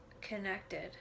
connected